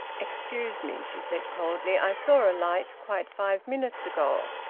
excuse me, she said coldly i saw a light quite five minutes ago.